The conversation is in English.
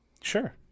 Sure